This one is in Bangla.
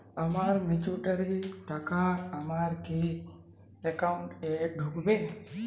আমার ম্যাচুরিটির টাকা আমার কি অ্যাকাউন্ট এই ঢুকবে?